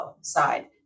side